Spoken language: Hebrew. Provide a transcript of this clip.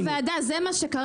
יו"ר הוועדה, זה מה שקרה.